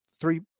three